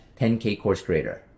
10kcoursecreator